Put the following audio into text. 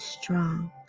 strong